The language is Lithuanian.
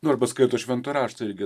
nu arba skaito šventą raštą irgi